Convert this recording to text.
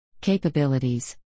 Capabilities